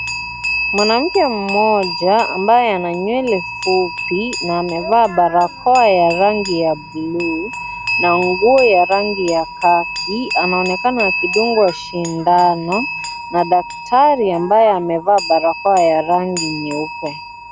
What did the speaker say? Mwanamke mmoja ambaye ana nywele fupi na amevaa barakoa ya rangi ya bulu na nguo ya rangi ya kaki anaonekana akidungwa shindano na daktari ambaye amevaa barakoa ya rangi nyeupe.